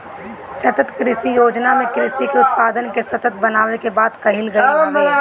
सतत कृषि योजना में कृषि के उत्पादन के सतत बनावे के बात कईल गईल हवे